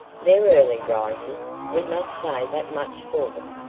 they're early risers we must say that much for them,